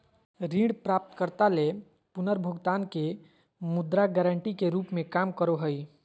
ऋण प्राप्तकर्ता ले पुनर्भुगतान के मुद्रा गारंटी के रूप में काम करो हइ